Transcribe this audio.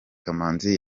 kamanzi